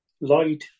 Light